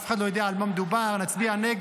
אף אחד לא יודע על מה מדובר, נצביע נגד.